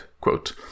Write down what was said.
quote